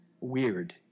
weird